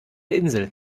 insel